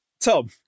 Tom